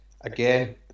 again